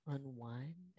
Unwind